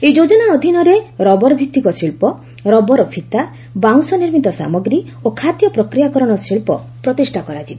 ଏହି ଯୋକନା ଅଧୀନରେ ରବରଭିତ୍ତିକ ଶିଳ୍ପ ରବର ଫିତା ବାଉଁଶ ନିର୍ମିତ ସାମଗ୍ରୀ ଓ ଖାଦ୍ୟ ପ୍ରକ୍ରିୟାକରଣ ଶିଳ୍ପ ପ୍ରତିଷ୍ଠା କରାଯିବ